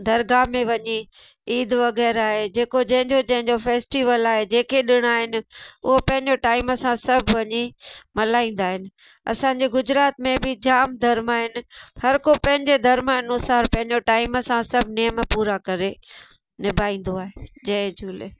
दरगाह में वञी ईद वग़ैरह आहे जे को जंहिं जो जंहिं जो फ़ेस्टीवल आहे जे के ॾीण आहिनि उहो पंंहिंजो टाइम सां सभु वञी मल्हाईंदा आहिनि असांजे गुजरात में बि जाम धर्म आहिनि हर को पंहिंजे धर्म अनुसार पंहिंजो टाइम सां सभु नेम पूरा करे निभाईंदो आहे जय झूले